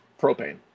propane